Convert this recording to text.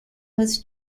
was